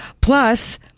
plus